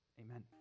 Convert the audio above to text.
Amen